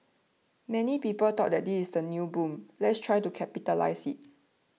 many people thought that this is the new boom let's try to capitalise it